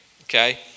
Okay